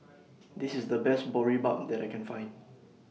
This IS The Best Boribap that I Can Find